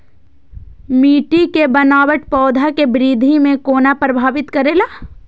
मिट्टी के बनावट पौधा के वृद्धि के कोना प्रभावित करेला?